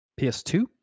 PS2